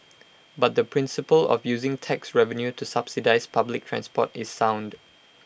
but the principle of using tax revenue to subsidise public transport is sound